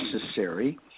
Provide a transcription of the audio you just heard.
necessary